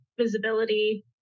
visibility